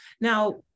Now